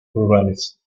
rurales